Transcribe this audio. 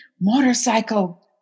motorcycle